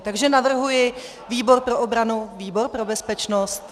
Takže navrhuji výbor pro obranu a výbor pro bezpečnost.